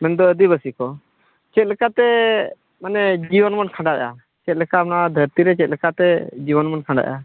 ᱢᱮᱱᱫᱚ ᱟᱹᱫᱤᱵᱟᱹᱥᱤ ᱠᱚ ᱪᱮᱫ ᱞᱮᱠᱟᱛᱮ ᱢᱟᱱᱮ ᱡᱤᱭᱚᱱ ᱵᱚᱱ ᱠᱷᱟᱱᱰᱟᱣᱮᱜᱼᱟ ᱪᱮᱫ ᱞᱮᱠᱟ ᱚᱱᱟ ᱫᱷᱟᱹᱨᱛᱤ ᱨᱮ ᱪᱮᱫ ᱞᱮᱠᱟᱛᱮ ᱡᱤᱭᱚᱱ ᱵᱚᱱ ᱠᱷᱟᱱᱰᱣᱟᱮᱜᱼᱟ